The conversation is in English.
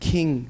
King